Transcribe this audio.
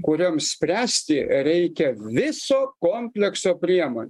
kurioms spręsti reikia viso komplekso priemonių